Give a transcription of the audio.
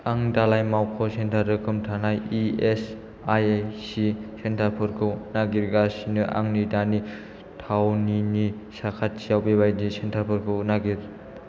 आं दालाइ मावख' सेन्टार रोखोम थानाय इएसआइसि सेन्टारफोरखौ नागिरगासिनो आंनि दानि थावनिनि साखाथियाव बेबादि सेन्टारफोरखौ नागिर